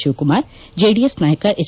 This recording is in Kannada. ಶಿವಕುಮಾರ್ ಜೆಡಿಎಸ್ ನಾಯಕ ಎಚ್